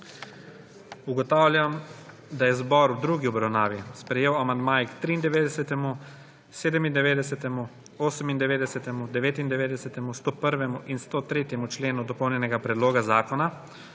Ugotavljam, da je zbor v drugi obravnavi sprejel amandmaje k 93., 97., 98., 99., 101. in 103. členu dopolnjenega predloga zakona.